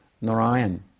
Narayan